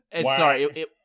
Sorry